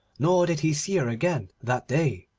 nor did he see her again that day.